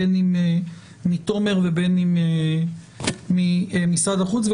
תשובות בין אם מתומר ובין ממשרד החוץ.